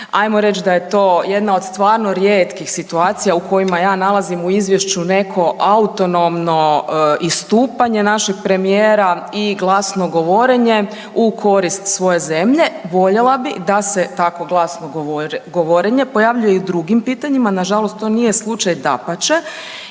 Hajmo reći da je to jedna od stvarno rijetkih situacija u kojima ja nalazim u izvješću neko autonomno istupanje našeg premijera i glasno govorenje u korist svoje zemlje. Voljela bih da se tako glasno govorenje pojavljuje i u drugim pitanjima. Na žalost to nije slučaj, dapače